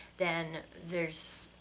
then there's,